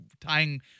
tying—